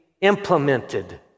implemented